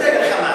איזה דגל "חמאס"?